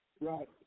right